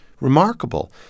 remarkable